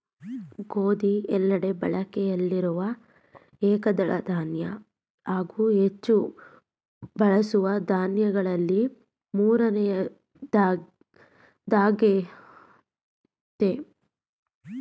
ಗೋಧಿ ಎಲ್ಲೆಡೆ ಬಳಕೆಯಲ್ಲಿರುವ ಏಕದಳ ಧಾನ್ಯ ಹಾಗೂ ಹೆಚ್ಚು ಬಳಸುವ ದಾನ್ಯಗಳಲ್ಲಿ ಮೂರನೆಯದ್ದಾಗಯ್ತೆ